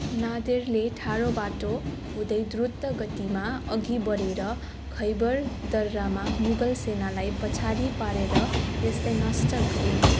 नादेरले ठाडो बाटो हुँदै द्रुत गतिमा अघि बढेर खैबर दर्रामा मुगल सेनालाई पछाडि पारेर यसलाई नष्ट गरे